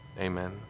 Amen